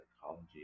psychology